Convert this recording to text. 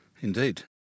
Indeed